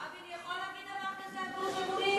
רבין יכול להגיד דבר כזה על "גוש אמונים"?